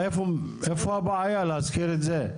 איפה הבעיה להזכיר את זה?